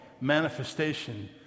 manifestation